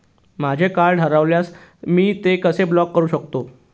माझे कार्ड हरवल्यास मी ते कसे ब्लॉक करु शकतो?